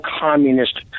communist